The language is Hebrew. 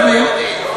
גם ליהודים,